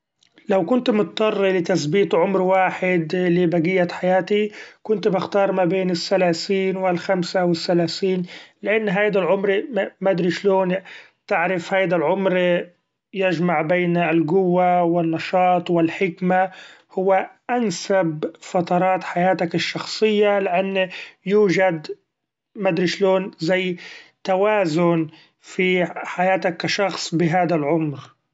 لو كنت مضطر لتثبيت عمر واحد لبقية حياتي كنت بختار ما بين الثلاثين و الخمسة و الثلاثين لأن هيدا العمر مدري شلون تعرف هيدا العمر يجمع بين القوة و النشاط و الحكمة هو أنسب فترات حياتك الشخصية ؛ لأن يوجد مدري شلون زي توازن في حياتك كشخص بهادا العمر.